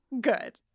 good